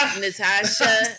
Natasha